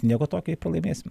nieko tokio jei pralaimėsim